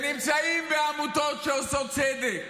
שנמצאים בעמותות שעושות צדק